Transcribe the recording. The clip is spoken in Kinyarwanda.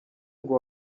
ngo